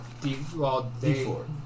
D4